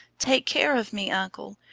take care of me, uncle!